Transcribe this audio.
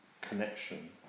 connection